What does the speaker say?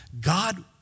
God